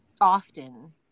often